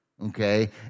Okay